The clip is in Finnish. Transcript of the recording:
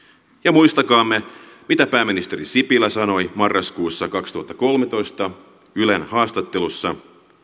muistakaamme mitä pääministeri sipilä sanoi marraskuussa kaksituhattakolmetoista ylen haastattelussa